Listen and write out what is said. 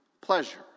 pleasure